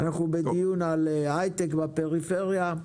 אנחנו בדיון על הייטק בפריפריה.